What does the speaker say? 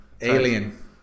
alien